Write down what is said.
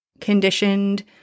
conditioned